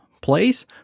place